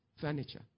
furniture